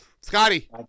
Scotty